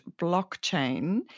Blockchain